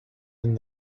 and